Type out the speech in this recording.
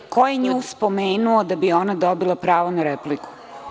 Ko je nju spomenuo da bi ona dobila pravo na repliku?